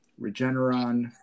Regeneron